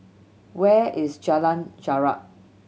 where is Jalan Jarak